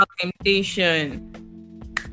temptation